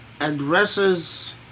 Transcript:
addresses